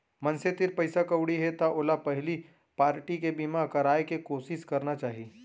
मनसे तीर पइसा कउड़ी हे त ओला पहिली पारटी के बीमा कराय के कोसिस करना चाही